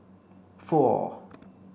four